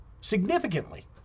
significantly